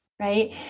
right